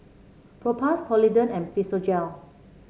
Propass Polident and Physiogel